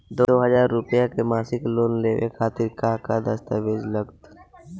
दो हज़ार रुपया के मासिक लोन लेवे खातिर का का दस्तावेजऽ लग त?